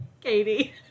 Katie